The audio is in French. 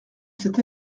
cet